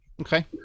Okay